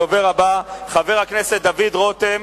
הדובר הבא, חבר הכנסת דוד רותם,